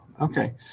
Okay